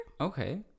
Okay